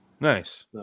nice